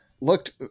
looked